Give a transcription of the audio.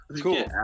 Cool